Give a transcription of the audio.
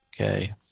okay